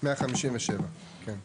157, כן.